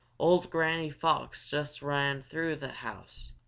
old granny fox just ran through the house,